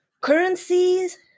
currencies